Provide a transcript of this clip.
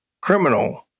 criminal